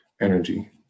energy